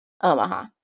Omaha